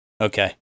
okay